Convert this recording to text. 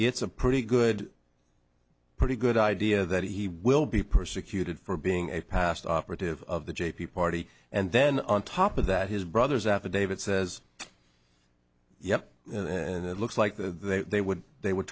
it's a pretty good pretty good idea that he will be persecuted for being a past operative of the j p party and then on top of that his brothers affidavit says yeah then it looks like that they would they would